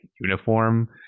uniform